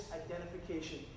identification